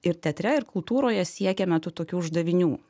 ir teatre ir kultūroje siekėme tų tokių uždavinių